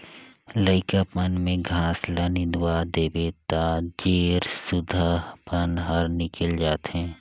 लइकापन में घास ल निंदवा देबे त जेर सुद्धा बन हर निकेल जाथे